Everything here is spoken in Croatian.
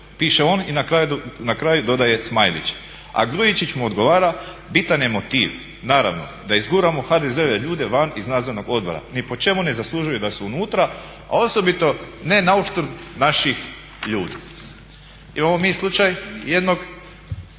piše on i na kraju dodaje smajlić, a Grujičić mu odgovara: bitan je motiv, naravno da izguramo HDZ-ove ljude van iz Nadzornog odbora, ni po čemu ne zaslužuju da su unutra, osobito ne na uštrb naših ljudi. Imamo mi slučaj jednog